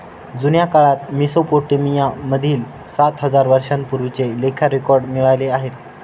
जुन्या काळात मेसोपोटामिया मध्ये सात हजार वर्षांपूर्वीचे लेखा रेकॉर्ड मिळाले आहे